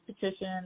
petition